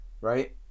Right